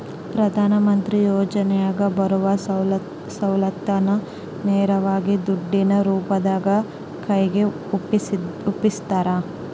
ಪ್ರಧಾನ ಮಂತ್ರಿ ಯೋಜನೆಯಾಗ ಬರುವ ಸೌಲತ್ತನ್ನ ನೇರವಾಗಿ ದುಡ್ಡಿನ ರೂಪದಾಗ ಕೈಗೆ ಒಪ್ಪಿಸ್ತಾರ?